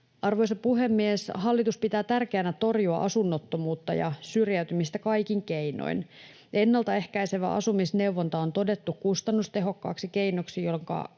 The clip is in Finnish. Arvoisa puhemies! Hallitus pitää tärkeänä torjua asunnottomuutta ja syrjäytymistä kaikin keinoin. Ennaltaehkäisevä asumisneuvonta on todettu kustannustehokkaaksi keinoksi,